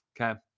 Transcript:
Okay